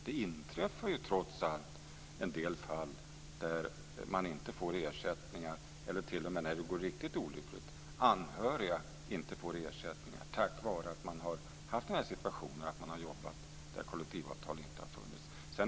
Det inträffar trots allt en del fall där man inte får ersättningar, eller t.o.m. när det går riktigt dåligt, att anhöriga inte får ersättningar på grund av att man har jobbat där kollektivavtal inte har funnits.